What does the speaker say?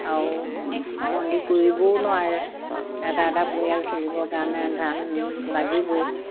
আৰু বন্দী কৰিবও নোৱাৰে এটা এটা পৰিয়াল চলিবৰ কাৰণে ধান লাগিবই